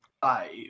five